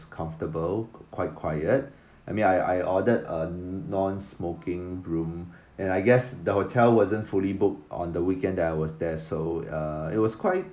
comfortable quite quiet I mean I I ordered a non smoking room and I guess the hotel wasn't fully booked on the weekend when I was there so uh it was quite